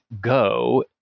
go